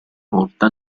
volta